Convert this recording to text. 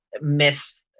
myth